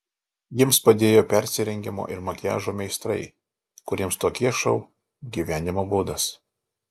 jiems padėjo persirengimo ir makiažo meistrai kuriems tokie šou gyvenimo būdas